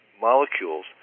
molecules